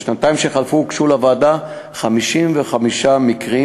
בשנתיים שחלפו הוגשו לוועדה זו 55 מקרים.